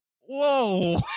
Whoa